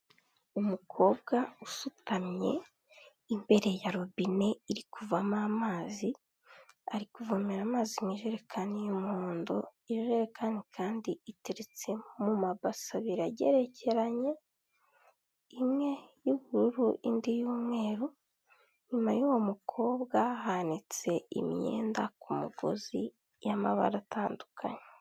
Umukobwa usutamye imbere ya robine iri kuvamo amazi, ari kuvomera amazi mu ijerekani y'umuhondo, ijekani kandi iteretse mu mabasi abiri agerekeranye, imwe y'ubururu indi y'umweru, inyuma y'uwo mukobwa hanitse imyenda ku mugozi y'amabara atandukanye.